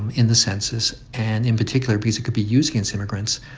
in the census and in particular, because it could be used against immigrants.